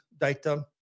data